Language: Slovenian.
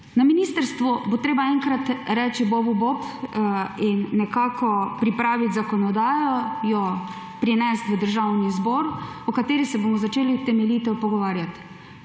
Na ministrstvu bo treba enkrat reči bobu bob in nekako pripraviti zakonodajo, jo prinesti v Državni zbor, o kateri se bomo začeli temeljito pogovarjati.